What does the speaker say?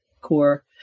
core